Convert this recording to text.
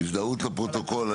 הזדהות לפרוטוקול.